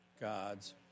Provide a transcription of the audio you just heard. God's